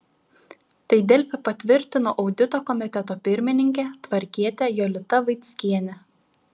tai delfi patvirtino audito komiteto pirmininkė tvarkietė jolita vaickienė